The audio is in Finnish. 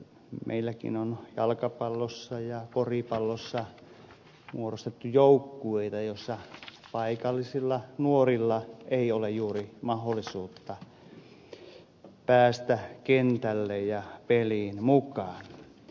meilläkin on jalkapallossa ja koripallossa muodostettu joukkueita joissa paikallisilla nuorilla ei ole juuri mahdollisuutta päästä kentälle ja peliin mukaan